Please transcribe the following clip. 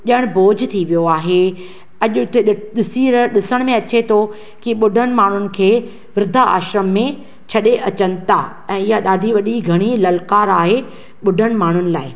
ज॒णु बोझ थी वियो आहे अजु॒ डि॒सणु में अचे थो की बु॒ढनि माण्हुनि खे वृद्ध आश्रम में छडे॒ अचनि था ऐं इहा डा॒ढी वडी॒ घणी लल्कार आहे बु॒ढनि माण्हुनि लाइ